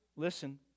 Listen